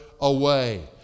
away